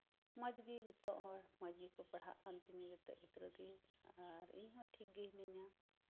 ᱢᱚᱸᱡᱽ ᱜᱮ ᱡᱚᱛᱚ ᱦᱚᱲ ᱢᱚᱸᱡᱽ ᱜᱮᱠᱚ ᱯᱟᱲᱦᱟᱜ ᱠᱟᱱ ᱛᱤᱧᱟᱹ ᱡᱚᱛᱚ ᱜᱤᱫᱽᱨᱟᱹ ᱜᱮ ᱟᱨ ᱤᱧ ᱦᱚᱸ ᱴᱷᱤᱠ ᱜᱮ ᱦᱤᱱᱟᱹᱧᱟ